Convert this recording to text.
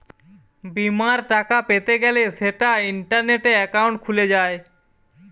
বিমার টাকা পেতে গ্যলে সেটা ইন্টারনেটে একাউন্ট খুলে যায়